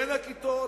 בין הכיתות